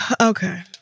Okay